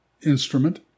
instrument